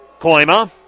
Koima